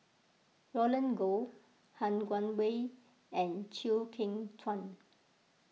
Roland Goh Han Guangwei and Chew Kheng Chuan